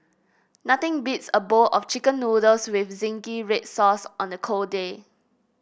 nothing beats a bowl of chicken noodles with zingy red sauce on a cold day